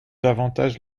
davantage